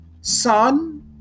son